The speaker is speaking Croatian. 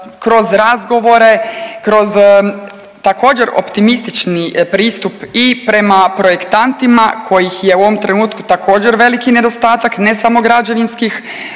kroz razgovore, kroz također optimistični pristup i prema projektantima kojih je u ovom trenutku također veliki nedostatak ne samo građevinskih